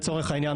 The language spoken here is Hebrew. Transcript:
לצורך העניין,